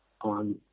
on